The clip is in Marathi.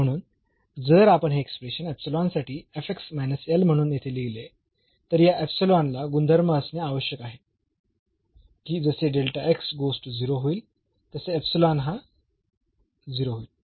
म्हणून जर आपण हे एक्सप्रेशन साठी म्हणून येथे लिहले तर या ला गुणधर्म असणे आवश्यक आहे की जसे होईल तसे हा 0 होईल